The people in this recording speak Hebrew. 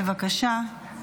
בבקשה.